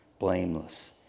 blameless